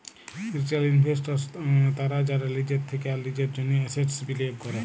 retail investors তারা যারা লিজের থেক্যে আর লিজের জন্হে এসেটস বিলিয়গ ক্যরে